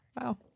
Wow